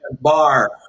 bar